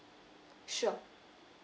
sure